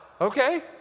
Okay